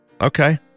Okay